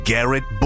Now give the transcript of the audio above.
Garrett